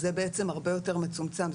זה בעצם הרבה יותר מצומצם.